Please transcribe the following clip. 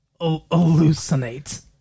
hallucinate